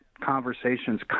conversations